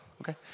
Okay